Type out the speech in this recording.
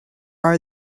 are